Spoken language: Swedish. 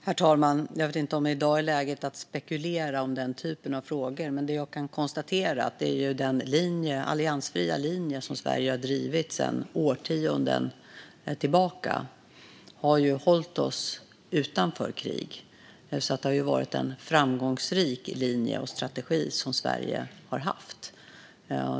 Herr talman! Jag vet inte om det i dag är läge att spekulera om den typen av frågor. Det jag kan konstatera är att den alliansfria linje som vi i Sverige har drivit sedan årtionden har hållit oss utanför krig. Det har alltså varit en framgångsrik linje och strategi som Sverige har haft.